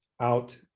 out